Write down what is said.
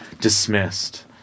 dismissed